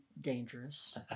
dangerous